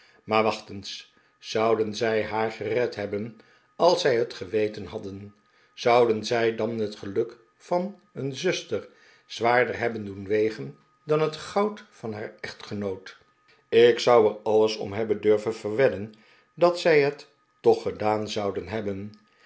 maar wacht eens zouden zij haar gered hebben als zij het geweten hadden zouden zij dan het geluk van een zuster zwaarder hebben doen wegen dan het goud van haar echtgenoot ik zou er alles om hebben durveii iverwedden dat zij het toch gedaan zoudenj hebben